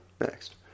next